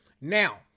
Now